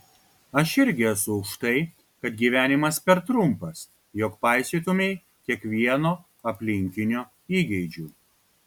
aš irgi esu už tai kad gyvenimas per trumpas jog paisytumei kiekvieno aplinkinio įgeidžių